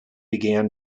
began